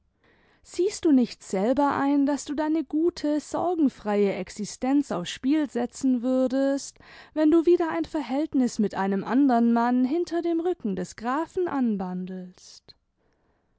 siehst du nicht selber ein daß du deine gute sorgenfreie existenz aufs spiel setzen würdest wenn du wieder ein verhältnis mit einem andern mann hinter dem rücken des grafen anbandelst